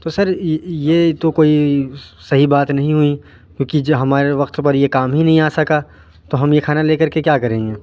تو سر یہ تو کوئی صحیح بات نہیں ہوئی کیوںکہ ہمارے وقت پر یہ کام ہی نہ آ سکا تو ہم یہ کھانا لے کر کے کیا کریں گے